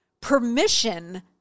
permission